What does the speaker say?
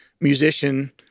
musician